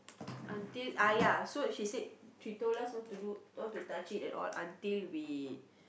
until ah ya so she said she told us not to do not to touch it at all until we